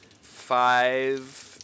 five